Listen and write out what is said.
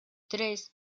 tres